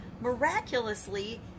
miraculously